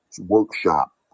Workshop